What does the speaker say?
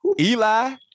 Eli